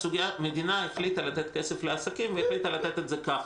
המדינה החליטה לתת כסף לעסקים והחליטה לתת את זה כך,